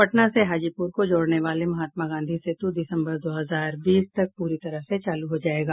पटना से हाजीपुर को जोड़ने वाले महात्मा गांधी सेतु दिसम्बर दो हजार बीस तक प्ररी तरह से चालू हो जायेगा